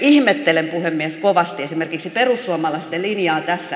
ihmettelen puhemies kovasti esimerkiksi perussuomalaisten linjaa tässä